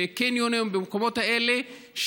בקניונים או במקומות האלה,